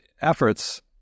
efforts